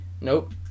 Nope